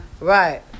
Right